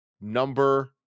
number